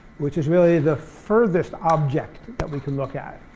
which is really the furthest object that we can look at.